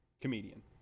comedian